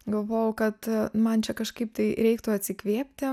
galvojau kad man čia kažkaip tai reiktų atsikvėpti